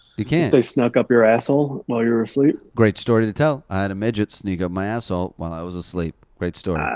you can't. if they snuck up your asshole while you were asleep. great story to tell. i had a midget sneak up my asshole while i was asleep. great story.